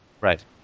Right